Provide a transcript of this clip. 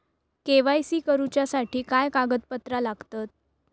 KYC करूच्यासाठी काय कागदपत्रा लागतत?